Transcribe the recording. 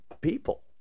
people